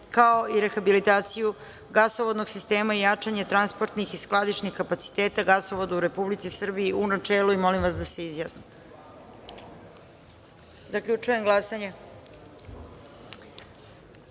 kao i rehabilitaciju gasovodnog sistema i jačanja transportnih i skladišnih kapaciteta gasovoda u Republici Srbiji, u načelu. Molim vas da se izjasnimo. Zaključujem glasanje: